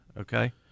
Okay